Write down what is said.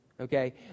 Okay